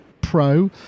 Pro